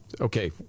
okay